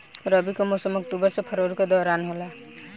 रबी के मौसम अक्टूबर से फरवरी के दौरान होला